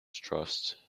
trust